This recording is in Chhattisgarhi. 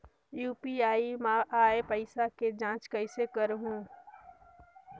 यू.पी.आई मा आय पइसा के जांच कइसे करहूं?